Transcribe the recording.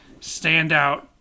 standout